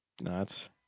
nuts